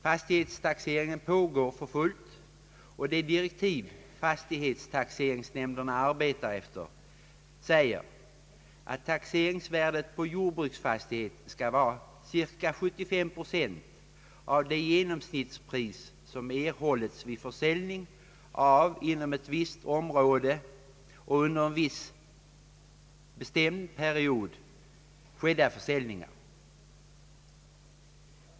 Fastighetstaxeringen pågår för fullt och de direktiv fastighetstaxeringsnämnderna arbetar efter säger, att taxeringsvärdet på jordbruksfastighet skall vara 75 procent av det genomsnittspris som erhållits inom ett visst område och under en viss period skedda försäljningar.